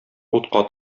утка